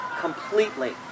completely